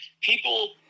People